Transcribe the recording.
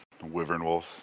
Wyvernwolf